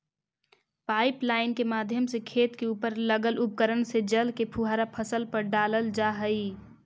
pipeline के माध्यम से खेत के उपर लगल उपकरण से जल के फुहारा फसल पर डालल जा हइ